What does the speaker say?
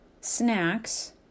snacks